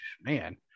man